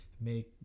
make